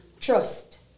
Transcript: trust